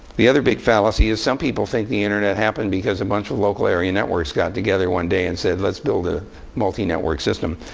the other big fallacy is some people think the internet happened because a bunch of local area networks got together one day and said, let's build a multi-network system.